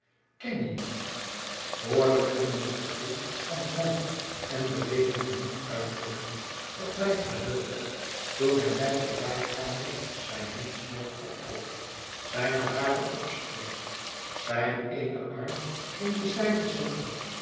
ken je niet woorden kunnen het gevoel van hoon en beleediging niet uitdrukken dat mij vervulde toen hij mij voorbij gaande zyn hemdsboprd optrok zijne haren opstreek zijn eenen arm in de zijde zette